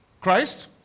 Christ